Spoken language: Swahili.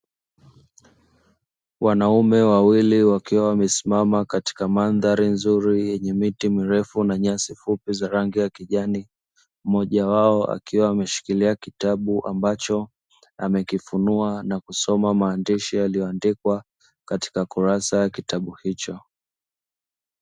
Wanaume wawili wakiwa wamesimama katika mandhari nzuri yenye miti mirefu na nyasi fupi zenye rangi ya kijani. Mmoja wao akiwa ameshikilia kitabu ambacho amekifunua na kusoma maandishi yaliyo andikwa katika kurasa ya kitabu hicho.